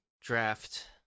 draft